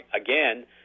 again